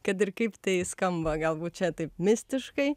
kad ir kaip tai skamba galbūt čia taip mistiškai